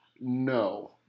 No